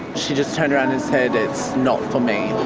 she just turned around and said it's not for me,